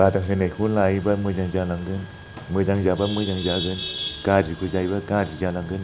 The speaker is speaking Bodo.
बादा होनायखौ लायोबा मोजां जालांगोन मोजां जाबा मोजां जागोन गाज्रिखौ जाबा गाज्रि जालांगोन